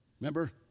Remember